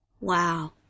Wow